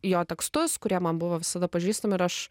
jo tekstus kurie man buvo visada pažįstami ir aš